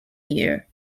year